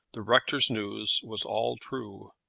the rector's news was all true.